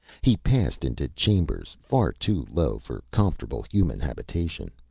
he passed into chambers far too low for comfortable human habitation.